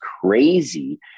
crazy